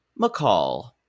McCall